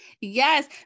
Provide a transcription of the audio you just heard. Yes